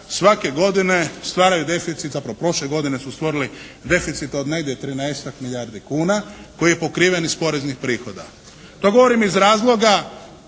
svake godine stvaraju deficit, zapravo prošle godine su stvorili deficit od negdje 13-tak milijardi kuna koji je pokriven iz poreznih prihoda. To govorim iz razloga